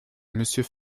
monsieur